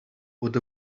what